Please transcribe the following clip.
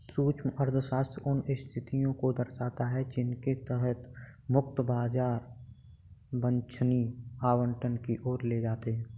सूक्ष्म अर्थशास्त्र उन स्थितियों को दर्शाता है जिनके तहत मुक्त बाजार वांछनीय आवंटन की ओर ले जाते हैं